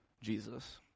Jesus